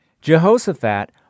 Jehoshaphat